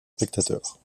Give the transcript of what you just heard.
spectateurs